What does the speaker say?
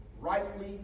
rightly